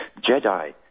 Jedi